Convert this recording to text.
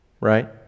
Right